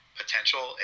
potential